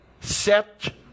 set